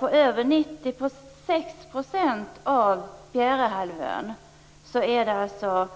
På över 96 % av Bjärehalvön är det